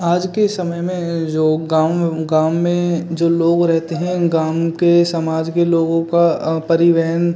आज के समय में जो गाँव गाँव में जो लोग रहते हैं गाँव के समाज के लोगों का परिवहन